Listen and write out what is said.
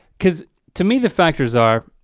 because to me the factors are,